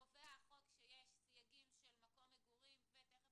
קובע החוק שיש סייגים של מקום מגורים ותכף